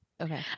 okay